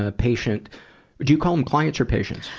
ah patient do you call them clients or patients?